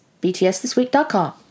btsthisweek.com